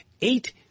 Eight